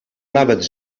nawet